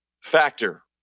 factor